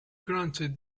granted